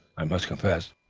i must confess.